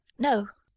no!